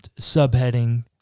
subheading